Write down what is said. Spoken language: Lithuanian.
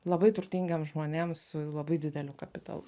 labai turtingiems žmonėms su labai dideliu kapitalu